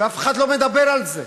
ואף אחד לא מדבר על זה.